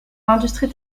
l’industrie